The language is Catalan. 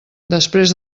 després